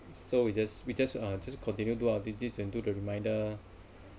so we just we just uh just continue do our visits and do the reminder